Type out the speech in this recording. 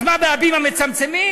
אז מה, ב"הבימה" מצמצמים?